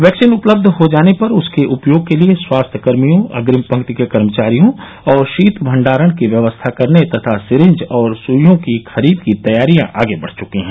vaccine उपलब्ध हो जाने पर उसके उपयोग के लिए स्वास्थ्य कर्मियों अग्रिम पक्ति के कर्मचारियों और शीत भंडारण की व्यवस्था करने तथा सीरिंज और सुइयों की खरीद की तैयारियां आगे बढ़ च्की है